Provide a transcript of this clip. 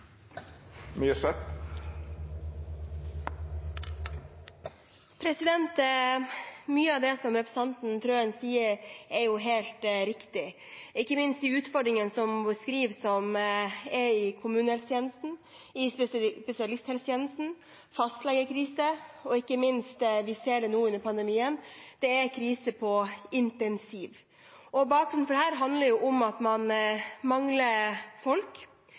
Mye av det representanten Trøen sier, er jo helt riktig, ikke minst utfordringene hun beskriver i kommunehelsetjenesten, i spesialisthelsetjenesten, med fastlegekrise, og ikke minst, som vi nå ser under pandemien, er det krise på intensiv. Bakgrunnen for dette handler jo om at man